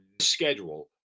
schedule